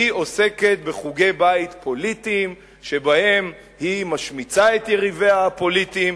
היא עוסקת בחוגי בית פוליטיים שבהם היא משמיצה את יריביה הפוליטיים,